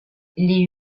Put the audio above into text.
les